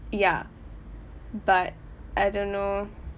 ya but I don't know